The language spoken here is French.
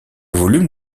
volume